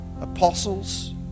apostles